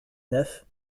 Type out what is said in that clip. neuf